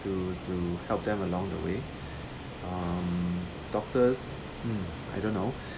to to help them along the way um doctors hmm I don't know